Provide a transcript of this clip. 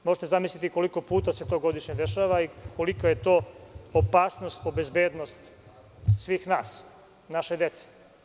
Možete zamisliti koliko puta se to godišnje dešava i kolika je to opasnost po bezbednost svih nas i naše dece?